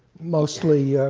mostly,